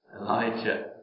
Elijah